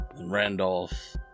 Randolph